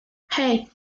hey